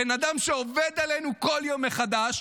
בן אדם שעובד עלינו כל יום מחדש,